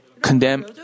condemn